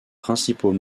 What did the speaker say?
principaux